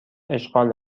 اشغال